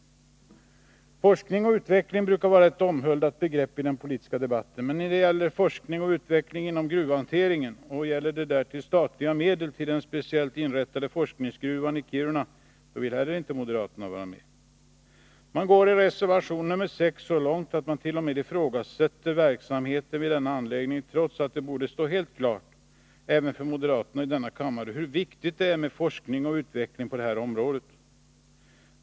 Forskning och utveckling brukar vara ett omhuldat begrepp i den politiska debatten, men om det gäller forskning och utbildning inom gruvhanteringen, och gäller det därtill statliga medel till den speciellt inrättade forskningsgruvan ii Kiruna, då vill inte moderaterna vara med. Man går i reservation nr 6 så långt att man t.o.m. ifrågasätter verksamheten vid denna anläggning, trots att det borde stå helt klart även för moderaterna i denna kammare hur viktigt det är med forskning och utveckling på det här området.